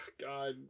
God